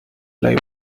live